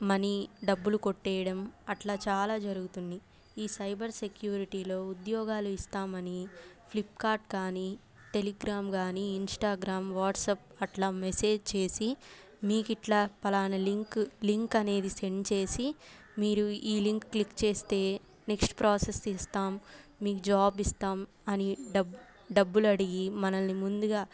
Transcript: money డబ్బులు కొట్టేయడం అట్లా చాలా జరుగుతుంది ఈ సైబర్ సెక్యూరిటీలో ఉద్యోగాలు ఇస్తామని ఫ్లిప్కార్ట్ కానీ టెలిగ్రామ్ కానీ ఇన్స్టాగ్రామ్ వాట్సాప్ అట్లా మెసేజ్ చేసి మీకిట్లా ఫలానా లింక్ లింక్ అనేది సెండ్ చేసి మీరు ఈ లింక్ క్లిక్ చేస్తే నెక్స్ట్ ప్రాసెస్ ఇస్తాం మీకు జాబ్ ఇస్తాం అని డబ్బులు అడిగి మనల్ని ముందుగా